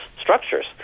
structures